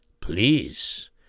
please